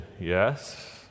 yes